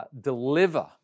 deliver